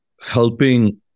helping